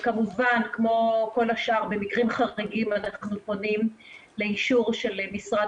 וכמובן כמו כל השאר במקרים חריגים אנחנו פונים לאישור של משרד